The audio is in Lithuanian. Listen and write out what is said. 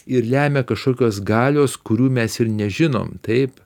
ir lemia kažkokios galios kurių mes ir nežinom taip